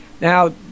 Now